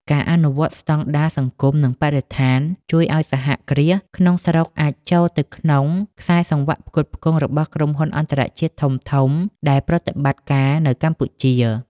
ការអនុវត្តស្ដង់ដារសង្គម និងបរិស្ថាន ជួយឱ្យសហគ្រាសក្នុងស្រុកអាចចូលទៅក្នុងខ្សែសង្វាក់ផ្គត់ផ្គង់របស់ក្រុមហ៊ុនអន្តរជាតិធំៗដែលប្រតិបត្តិការនៅកម្ពុជា។